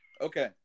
Okay